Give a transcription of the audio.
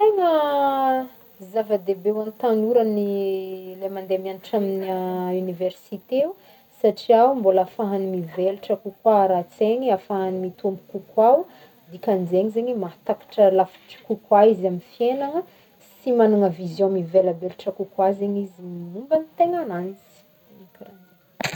Tegna zava-dehibe hoan-ny tanora ny- le mande mianatry amin'ny université o, satria mbola ahafahagny mivelatra kokoa ara-tsaigny, ahafahagny mitombo kokoa ho, dikan-zegny zegny mahatakatra lavitry kokoa izy amy fiaignagna, sy magnagna vision mivelabelatra kokoa zegny izy momba ny tegnan'anjy.